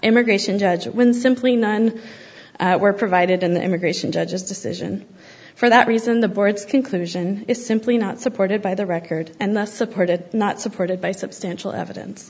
immigration judge when simply none were provided in the immigration judge's decision for that reason the board's conclusion is simply not supported by the record and thus supported not supported by substantial evidence